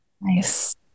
Nice